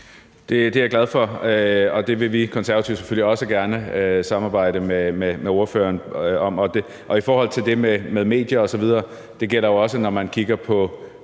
Det er jeg glad for, og det vil vi Konservative selvfølgelig også gerne samarbejde med ordføreren om. I forhold til det med medier osv., så gælder det jo også, når man kigger på